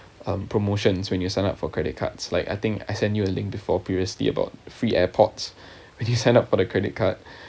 um promotions when you sign up for credit cards like I think I send you a link before previously about free airpods when you sign up for the credit card